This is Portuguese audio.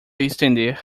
estender